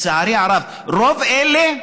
לצערי הרב, רוב אלה,